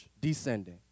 descending